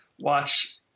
watch